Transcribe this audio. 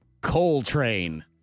Coltrane